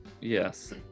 Yes